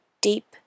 deep